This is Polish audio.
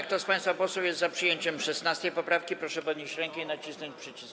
Kto z państwa posłów jest za przyjęciem 16. poprawki, proszę podnieść rękę i nacisnąć przycisk.